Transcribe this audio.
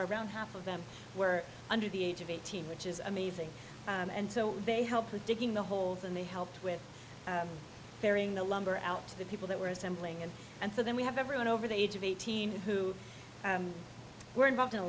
around half of them were under the age of eighteen which is amazing and so they help to digging the holes and they helped with burying the lumber out to the people that were assembling and and so then we have everyone over the age of eighteen who were involved in a